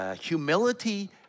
humility